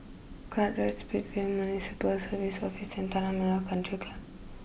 Kartright Speedway Municipal Services Office and Tanah Merah country Club